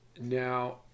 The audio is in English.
now